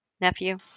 nephew